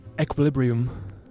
Equilibrium